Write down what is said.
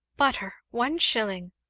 butter one shilling!